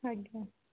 ଆଜ୍ଞା